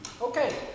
Okay